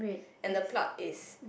and the pluck is